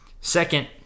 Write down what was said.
Second